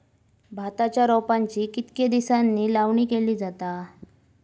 भाताच्या रोपांची कितके दिसांनी लावणी केली जाता?